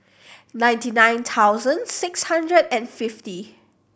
ninety nine thousand six hundred and fifty